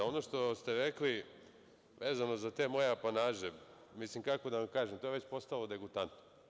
Ono što ste rekli vezano za te moje apanaže, kako da vam kažem, to je već postalo degutantno.